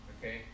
Okay